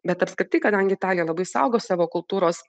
bet apskritai kadangi italija labai saugo savo kultūros